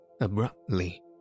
Abruptly